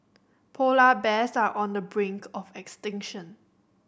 polar bears are on the brink of extinction